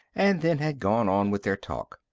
and then had gone on with their talk.